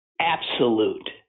absolute